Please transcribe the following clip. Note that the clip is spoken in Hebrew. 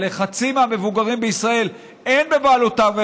ולחצי מהמבוגרים בישראל אין רכב בבעלותם,